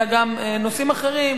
אלא גם נושאים אחרים,